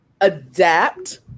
adapt